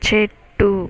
చెట్టు